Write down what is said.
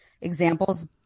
examples